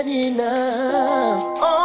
enough